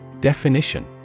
Definition